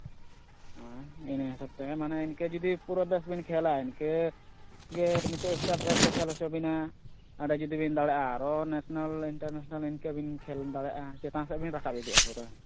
ᱟᱨ ᱤᱱᱟᱹ ᱦᱤᱥᱟᱹᱵ ᱛᱮ ᱢᱟᱱᱮ ᱤᱱᱠᱟᱹ ᱡᱩᱫᱤ ᱯᱩᱨᱟᱹ ᱵᱮᱥ ᱵᱤᱱ ᱠᱷᱮᱞᱟ ᱤᱱᱠᱟᱹ ᱜᱮ ᱱᱤᱛᱚᱜ ᱥᱴᱟᱴ ᱨᱮ ᱠᱚ ᱠᱷᱮᱞ ᱦᱚᱪᱚ ᱵᱤᱱᱟ ᱟᱨᱚ ᱡᱩᱫᱤ ᱵᱤᱱ ᱫᱟᱲᱮᱭᱟᱜᱼᱟ ᱟᱨᱚ ᱱᱟᱥᱱᱟᱞ ᱤᱱᱴᱟᱨ ᱱᱟᱥᱱᱟᱞ ᱤᱱᱠᱟᱹ ᱵᱤᱱ ᱠᱷᱮᱞ ᱫᱟᱲᱮᱭᱟᱜ ᱪᱮᱛᱟᱱ ᱥᱮᱫ ᱵᱤᱱ ᱨᱟᱠᱟᱵ ᱤᱫᱤᱜᱼᱟ ᱯᱩᱨᱟᱹ